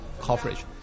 coverage